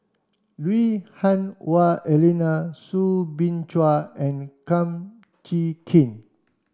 Lui Hah Wah Elena Soo Bin Chua and Kum Chee Kin